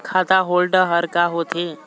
खाता होल्ड हर का होथे?